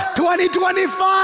2025